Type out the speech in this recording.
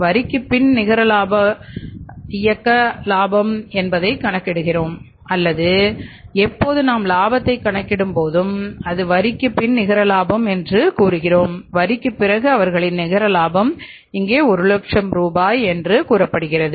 வரிக்குப் பின் நிகர லாபம் நிகர இயக்க லாபம் என்பதை கணக்கிடுகிறோம் அல்லது எப்போது நாம் லாபத்தைக் கணக்கிடும் போதும் அது வரிக்குப் பின் நிகர லாபம் என்று கூறுகிறோம் வரிக்குப் பிறகு அவர்களின் நிகர லாபம் இங்கே 1 லட்சம் ரூபாய் என்று கூறப்படுகிறது